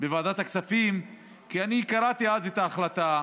בוועדת הכספים, כי אני קראתי אז את ההחלטה,